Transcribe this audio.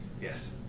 Yes